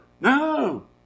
no